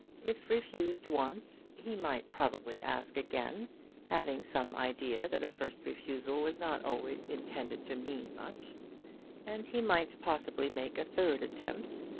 if refused once, he might probably ask again having some idea that a first refusal was not always intended to mean much and he might possibly make a third attempt,